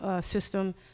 system